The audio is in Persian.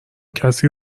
کسی